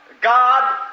God